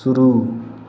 शुरू